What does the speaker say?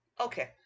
Okay